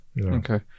Okay